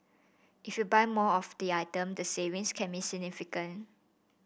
if you buy more of the item the savings can be significant